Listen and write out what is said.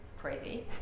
crazy